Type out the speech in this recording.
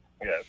yes